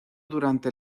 durante